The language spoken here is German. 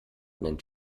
nennt